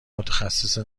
متخصص